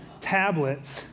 tablets